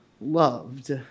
loved